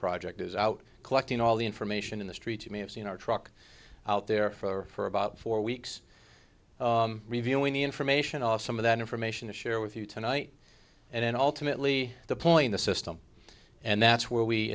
project is out collecting all the information in the street you may have seen our truck out there for about four weeks reviewing the information of some of that information to share with you tonight and then ultimately the point the system and that's where we